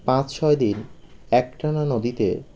পাঁচ ছয় দিন একটানা নদীতে